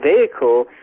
vehicle